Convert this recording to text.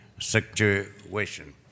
situation